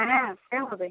হ্যাঁ সে হবে